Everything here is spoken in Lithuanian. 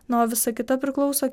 na o visa kita priklauso